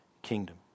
Kingdom